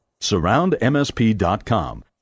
SurroundMSP.com